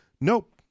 nope